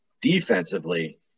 defensively